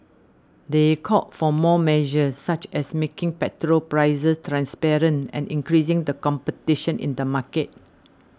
they called for more measures such as making petrol prices transparent and increasing the competition in the market